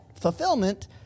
fulfillment